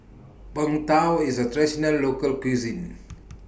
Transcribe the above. Png Tao IS A Traditional Local Cuisine